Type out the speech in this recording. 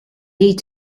need